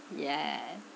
yeah